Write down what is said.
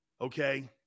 okay